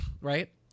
right